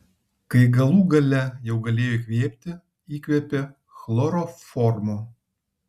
kai galų gale jau galėjo įkvėpti įkvėpė chloroformo